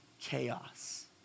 chaos